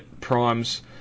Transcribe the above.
primes